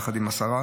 יחד עם השרה,